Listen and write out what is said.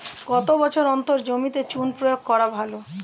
কত বছর অন্তর জমিতে চুন প্রয়োগ করা ভালো?